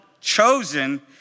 chosen